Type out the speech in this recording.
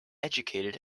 educated